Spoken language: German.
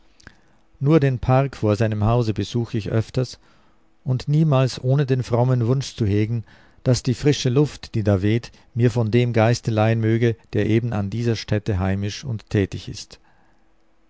nur den park vor seinem hause besuch ich öfters und niemals ohne den frommen wunsch zu hegen daß die frische luft die da weht mir von dem geiste leihen möge der eben an dieser stätte heimisch und tätig ist